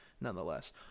nonetheless